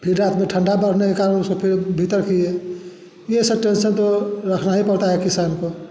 फिर रात में ठंडा बढ़ने के कारण उसको फिर भीतर किए ये सब टेंशन तो रखना ही पड़ता है किसान को